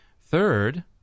Third